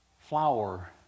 flower